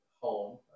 home